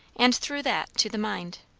and through that to the mind.